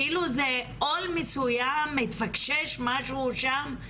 כאילו זה עול מסוים, מתפקשש משהו שם.